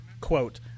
quote